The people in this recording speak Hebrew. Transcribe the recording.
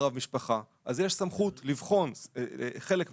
אחריו משפחה יש סמכות לבחון לתת חלק מהזכויות.